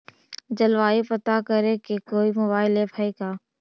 जलवायु पता करे के कोइ मोबाईल ऐप है का?